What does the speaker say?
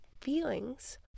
feelings